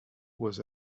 was